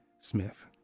Smith